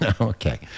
Okay